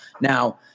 Now